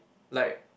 like